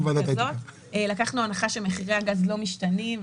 לקחנו הנחה שמחירי הגז לא משתנים,